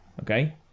Okay